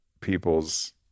people's